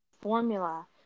formula